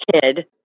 kid